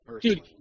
Dude